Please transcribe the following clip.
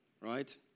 right